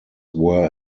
were